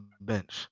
bench